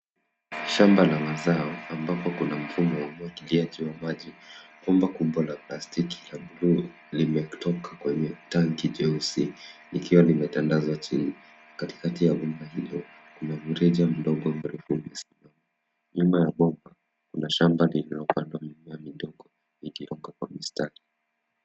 Shamba la mazao ambapo kuna mfumo wa umwagiliaji wa maji. Bomba kubwa la plastiki la buluu limetoka kwenye tanki jeusi likiwa limetandazwa chini. Katikati ya bomba hilo, kuna mrija mdogo mrefu umesimama. Nyuma ya bomba kuna shamba lililopandwa mimea midogo ikiwa kwa mistari.